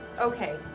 Okay